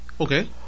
okay